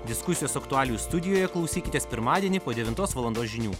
diskusijos aktualijų studijoje klausykitės pirmadienį po devintos valandos žinių